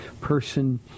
person